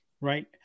right